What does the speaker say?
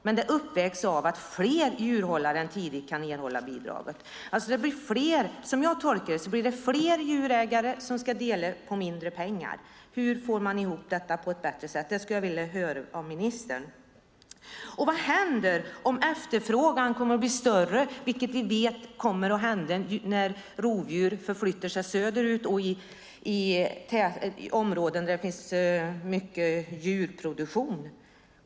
Den saken uppvägs . av att fler djurhållare än tidigare kan erhålla bidraget." Som jag tolkar det ska fler djurägare dela på mindre pengar. Hur får man ihop detta så att det blir bättre? Det skulle jag vilja höra från ministern. Vad händer om efterfrågan blir större, vilket vi vet kommer att hända när rovdjuren förflyttar sig söderut och till områden med mycket djurproduktion?